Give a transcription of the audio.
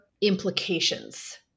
implications